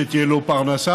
שתהיה לו פרנסה,